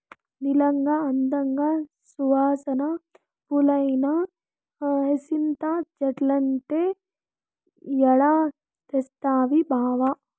నీలంగా, అందంగా, సువాసన పూలేనా హైసింత చెట్లంటే ఏడ తెస్తవి బావా